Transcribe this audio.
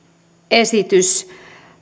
esitys